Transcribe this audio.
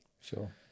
sure